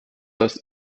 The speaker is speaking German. das